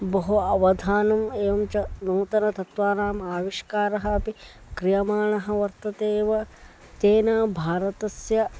बहु अवधानम् एवञ्च नूतनतत्त्वानाम् आविष्कारः अपि क्रियमाणः वर्ततेव तेन भारतस्य